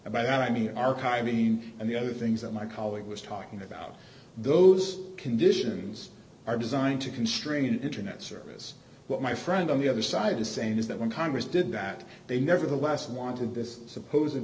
and by that i mean archiving and the other things that my colleague was talking about those conditions are designed to constrain internet service what my friend on the other side is saying is that when congress did that they nevertheless wanted this suppos